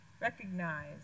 recognize